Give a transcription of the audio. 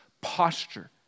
posture